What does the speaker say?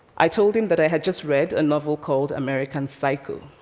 i told him that i had just read a novel called american psycho